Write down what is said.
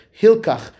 Hilkach